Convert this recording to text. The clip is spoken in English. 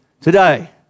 today